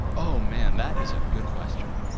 oh, man. that is a good question.